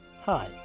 Hi